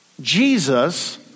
Jesus